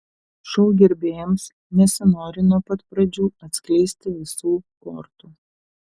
šou gerbėjams nesinori nuo pat pradžių atskleisti visų kortų